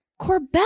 Corbell